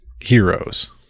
heroes